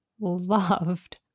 loved